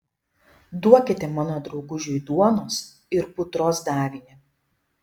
duokite mano draugužiui duonos ir putros davinį